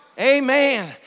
Amen